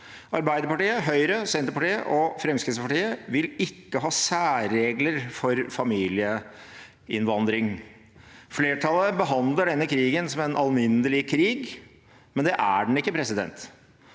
Arbeiderpartiet, Høyre, Senterpartiet og Fremskrittspartiet vil ikke ha særregler for familieinnvandring. Flertallet behandler denne krigen som en alminnelig krig, men det er den ikke. Den